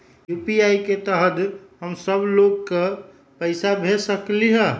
UPI के तहद हम सब लोग को पैसा भेज सकली ह?